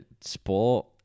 sport